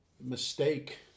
mistake